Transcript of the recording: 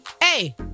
hey